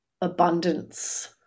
abundance